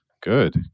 good